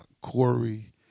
Corey